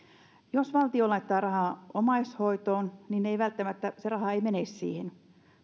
jos valtio laittaa rahaa omaishoitoon se raha ei välttämättä mene siihen